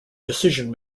decision